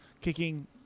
kicking